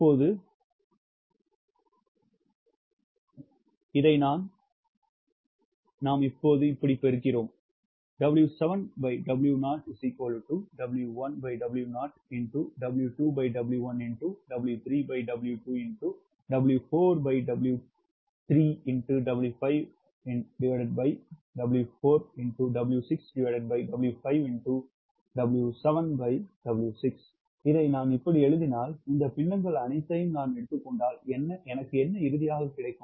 இப்போது இதை நாம் பெருக்குகிறோம் நான் இதை இப்படி எழுதினால் இந்த பின்னங்கள் அனைத்தையும் நான் எடுத்துக் கொண்டால் எனக்கு என்ன இறுதியாக கிடைக்கும்